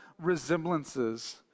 resemblances